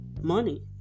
money